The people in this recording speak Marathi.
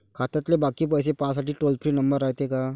खात्यातले बाकी पैसे पाहासाठी टोल फ्री नंबर रायते का?